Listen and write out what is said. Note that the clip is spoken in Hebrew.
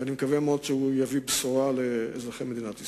ואני מקווה מאוד שהוא יביא בשורה לאזרחי מדינת ישראל.